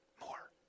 more